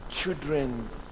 children's